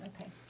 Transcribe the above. Okay